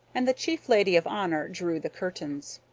and the chief lady of honor drew the curtains.